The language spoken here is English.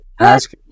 Ask